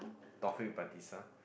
Taufik-Batisah